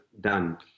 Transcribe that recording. done